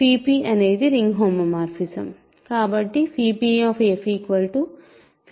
కాబట్టి p అనేది ring homomorphism